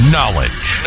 Knowledge